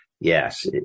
Yes